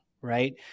right